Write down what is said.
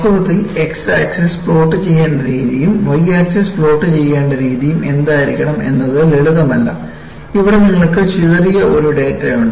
വാസ്തവത്തിൽ x axis plot ചെയ്യേണ്ട രീതിയും y ആക്സിസ് പ്ലോട്ട് ചെയ്യേണ്ട രീതിയും എന്തായിരിക്കണം എന്നത് ലളിതമല്ല ഇവിടെ നിങ്ങൾക്ക് ചിതറിയ ഒരു ഡാറ്റ ഉണ്ട്